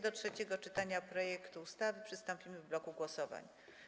Do trzeciego czytania projektu ustawy przystąpimy w bloku głosowań.